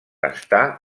està